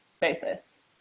basis